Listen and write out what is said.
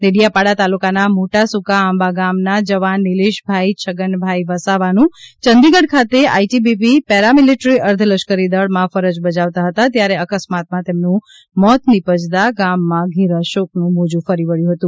દેડીયાપાડા તાલુકાના મોટા સુકા આંબા ગામના જવાન નિલેશભાઈ છગનભાઈ વસાવાનું ચંદીગઢ ખાતે આઈટીબીપી પેરામિલેટ્રી અર્ધલશ્કરી દળ માં ફરજ બજાવતા હતા ત્યારે અકસ્માતમાં તેમનું મોત નિપજતા ગામમાંઘેરા શોકનુ મોજુ ફરી વળ્યું હતું